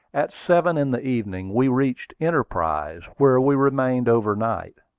at seven in the evening we reached enterprise, where we remained overnight.